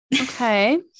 okay